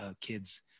kids